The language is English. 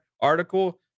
article